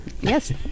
Yes